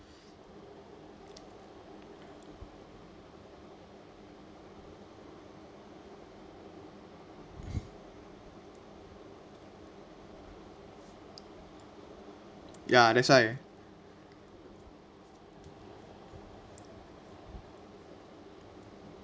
ya that's why